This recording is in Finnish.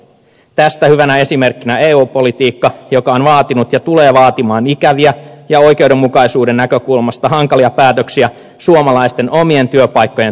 tästä hyvänä esimerkkinä on eu politiikka joka on vaatinut ja tulee vaatimaan ikäviä ja oikeudenmukaisuuden näkökulmasta hankalia päätöksiä suomalaisten omien työpaikkojen turvaamiseksi